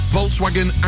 Volkswagen